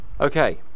Okay